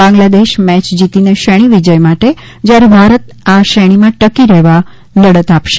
Bangladesh match જીતીને શ્રેણી વિજય માટે જ્યારે ભારત આ શ્રેણીમાં ટકી રહેવા લડત આપશે